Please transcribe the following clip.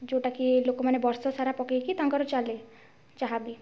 ଯେଉଁଟା କି ଲୋକମାନେ ବର୍ଷ ସାରା ପକେଇକି ତାଙ୍କର ଚାଲେ ଯାହା ବି